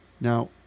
Now